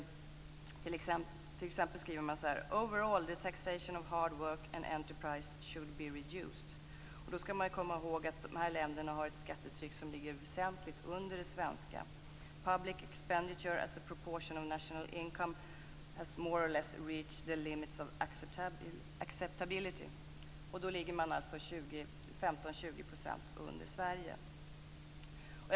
T.ex. skriver man så här: Overall the taxation of hard work and enterprise should be reduced. Då skall man komma ihåg att dessa länder har ett skattetryck som ligger väsentligt under det svenska. Vidare skriver man: Public expenditure as a proportion of national income has more or less reached the limits of acceptability. Då ligger man alltså 15-20 % under Sveriges nivå.